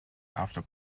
after